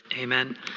amen